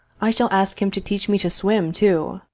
i shall ask him to teach me to swim, too.